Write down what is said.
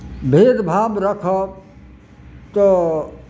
भेदभाव राखब तऽ